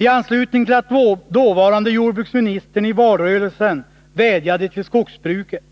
IT anslutning till att dåvarande jordbruksministern i valrörelsen vädjade till skogsbruket